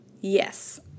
Yes